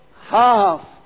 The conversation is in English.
half